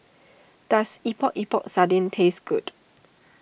does Epok Epok Sardin taste good